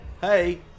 Hey